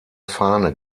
fahne